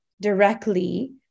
directly